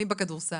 אני בכדורסל.